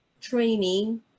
training